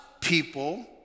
people